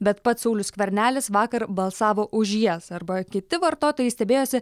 bet pats saulius skvernelis vakar balsavo už jas arba kiti vartotojai stebėjosi